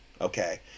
okay